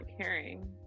caring